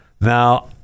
Now